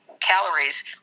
calories